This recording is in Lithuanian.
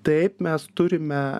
taip mes turime